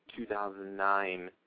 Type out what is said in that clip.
2009